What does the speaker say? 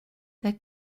their